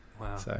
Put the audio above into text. Wow